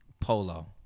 Polo